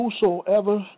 whosoever